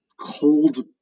cold